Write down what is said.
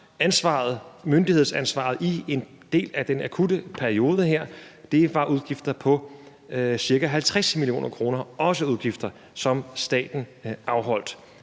myndighedsansvaret i en del af den akutte periode her, og det var udgifter på ca. 50 mio. kr. – også udgifter, som staten afholdt.